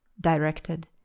directed